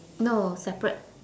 no separate